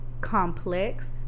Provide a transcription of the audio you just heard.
complex